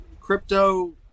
crypto